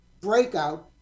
breakout